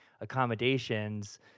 accommodations